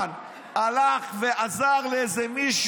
ומאיפה תביא